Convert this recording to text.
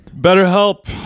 BetterHelp